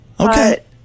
Okay